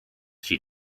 she